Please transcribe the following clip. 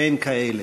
אין כאלה.